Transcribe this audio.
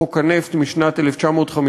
חוק הנפט הוא משנת 1952,